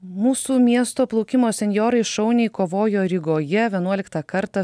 mūsų miesto plaukimo senjorai šauniai kovojo rygoje vienuoliktą kartą